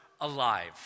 alive